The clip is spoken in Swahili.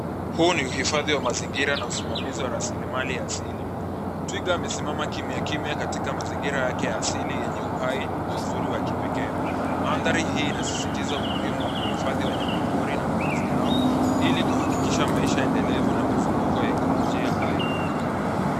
Huu ni hufidhi wa mazingira na usimamizi wa rasilimali asili. Twiga amesimama kimya kimya katika mazingira yake ya asili yenye uhai na uzuri wa kipekee. Madhari hii inasisitiza umuhimu wa kuhifadhi wanayama pori na makahazi yao ili kuhakikisha maisha endelevu na mizuguko ya ekolojia hai.